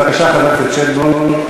בבקשה, חבר הכנסת שטבון.